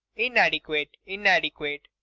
inadequate, inadequate.